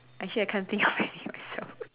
actually I can't think of I already sell